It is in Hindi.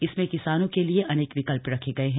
इसमें किसानों के लिए अनेक विकल्प रखे गये हैं